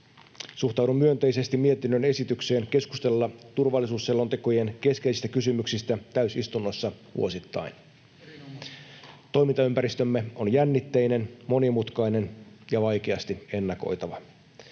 Suhtaudun myönteisesti mietinnön esitykseen keskustella turvallisuusselontekojen keskeisistä kysymyksistä täysistunnossa vuosittain. [Ilkka Kanerva: Erinomaista!] Toimintaympäristömme on jännitteinen, monimutkainen ja vaikeasti ennakoitava.